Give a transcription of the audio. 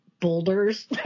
boulders